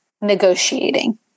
negotiating